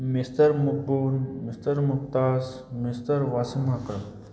mister ꯃꯨꯛꯕꯨꯟ mister ꯃꯨꯛꯇꯥꯖ mister Wasim ꯍꯥꯀꯔ